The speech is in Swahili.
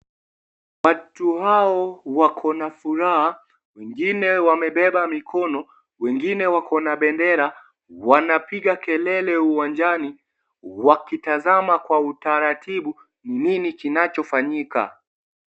Watu hao wako na furaha, wengine wamebeba mikono , wengine wako na bendera . Wanapiga kelele uwanjani wakitazama kwa utaratibu kinachofanyika